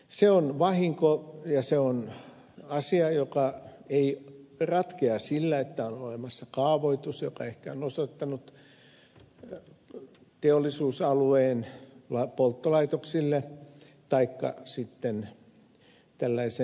se on vahinko ja se on asia joka ei ratkea sillä että on olemassa kaavoitus joka on ehkä osoittanut paikan kaavassa teollisuusalueen polttolaitoksille taikka sitten tällaiselle jakeluasemalle